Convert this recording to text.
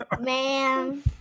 man